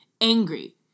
angry